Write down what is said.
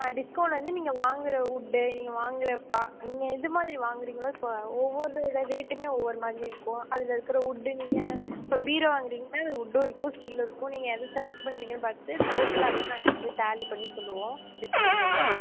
ஆ discount வந்து நீங்கள் வாங்கிற வுட்டு நீங்கள் வாங்கிற ப நீங்கள் எது மாதிரி வாங்குறீங்களோ இப்போ ஒவ்வொதோட ரேட்டுமே ஒருமாதிரி இருக்கும் அதில் இருக்க வுட்டு நீங்கள் இப்போ பீரோ வாங்கிறீங்கன்னா அதில் வுட்டும் இருக்கும் ஸ்டீலும் இருக்கும் நீங்கள் எது செலெக்ட் பண்றிங்கன்னு பார்த்து டோட்டலாக நாங்கள் வந்து டாலி பண்ணி நாங்கள் சொல்லுவோம் டிஸ்கவுண்ட் எவ்வளோனு